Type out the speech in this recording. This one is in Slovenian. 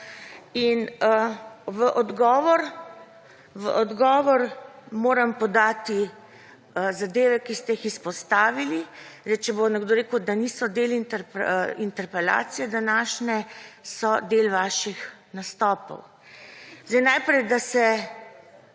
In v odgovor moram podati zadeve, ki ste jih izpostavili. Zdaj, če bo nekdo rekel, da niso del interpelacije današnje, so del vaših nastopov. Zdaj, najprej, da se